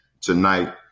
tonight